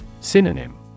Synonym